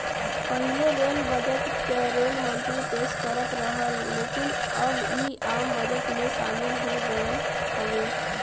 पहिले rail budget क rail मंत्री पेश करत रहन लेकिन अब इ आम बजट में शामिल हो गयल हउवे